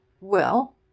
Well